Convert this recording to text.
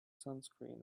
sunscreen